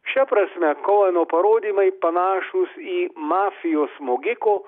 šia prasme koeno parodymai panašūs į mafijos smogiko